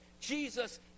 Jesus